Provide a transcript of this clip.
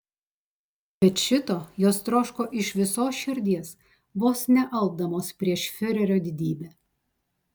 bet šito jos troško iš visos širdies vos nealpdamos prieš fiurerio didybę